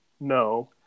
No